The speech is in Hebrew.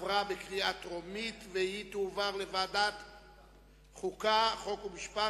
לדיון מוקדם בוועדת החוקה, חוק ומשפט